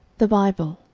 the bible,